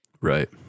Right